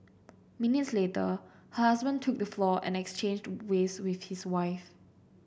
minutes later her husband took the floor and exchanged the waves with his wife